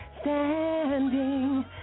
standing